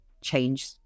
change